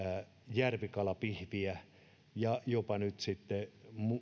järvikalapihviä ja jopa nyt sitten